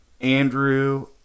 andrew